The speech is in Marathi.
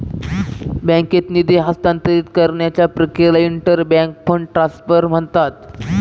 बँकेत निधी हस्तांतरित करण्याच्या प्रक्रियेला इंटर बँक फंड ट्रान्सफर म्हणतात